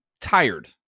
tired